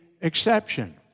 exception